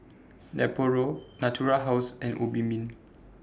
Nepro Natura House and Obimin